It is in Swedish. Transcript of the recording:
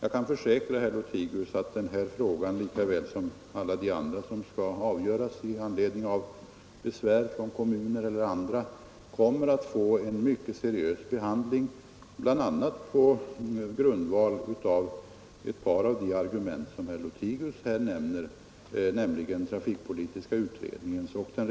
Jag kan emellertid försäkra herr Lothigius att denna liksom andra frågor som skall avgöras i anledning av besvär från kommuner eller andra kommer att få en mycket seriös behandling, grundad bl.a. på ett par av de moment som herr Lothigius här anfört, nämligen trafikpolitiska utredningen och det